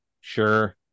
Sure